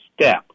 step